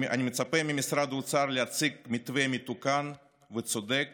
אני מצפה ממשרד האוצר להציג מתווה מתוקן וצודק